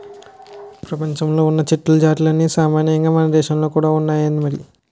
ప్రపంచంలో ఉన్న చెట్ల జాతులన్నీ సామాన్యంగా మనదేశంలో కూడా ఉన్నాయి మరి